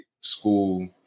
school